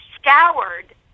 scoured